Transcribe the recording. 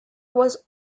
was